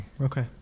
okay